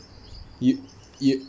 yup yup